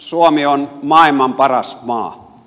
suomi on maailman paras maa